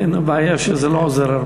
כן, הבעיה שזה לא עוזר הרבה.